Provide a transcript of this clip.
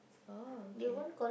oh okay